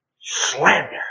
Slander